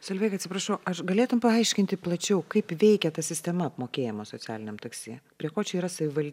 solveiga atsiprašau aš galėtum paaiškinti plačiau kaip veikia ta sistema apmokėjimo socialiniam taksi prie ko čia yra savival